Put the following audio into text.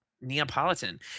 Neapolitan